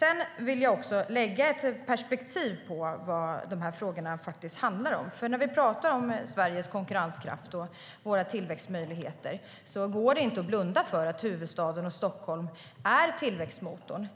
Jag vill ge ett perspektiv på vad de här frågorna handlar om. När vi pratar om Sveriges konkurrenskraft och våra tillväxtmöjligheter går det inte att blunda för att huvudstaden Stockholm är tillväxtmotorn.